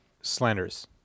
Slanders